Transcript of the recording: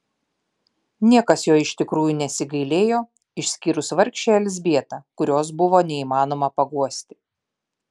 niekas jo iš tikrųjų nesigailėjo išskyrus vargšę elzbietą kurios buvo neįmanoma paguosti